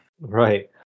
Right